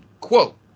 Quote